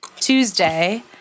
Tuesday